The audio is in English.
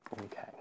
Okay